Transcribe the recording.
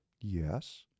yes